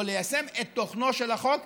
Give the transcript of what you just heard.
או ליישם את תוכנו של החוק,